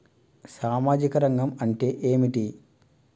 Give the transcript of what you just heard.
సామాజిక రంగం అంటే ఏమిటి?